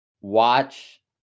watch